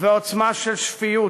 ועוצמה של שפיות.